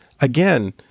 again